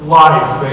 life